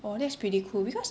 oh that's pretty cool because